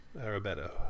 Arabetto